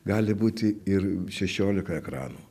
gali būti ir šešiolika ekranų